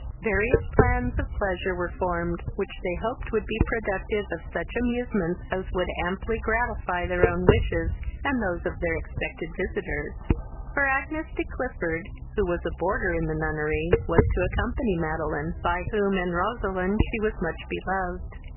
various plans of pleasure were formed, which they hoped would be productive of such amusements as would amply gratify their own wishes, and those of their expected visitors for agnes de clifford, who was a boarder in the nunnery, was to accompany madeline, by whom and roseline she was much beloved.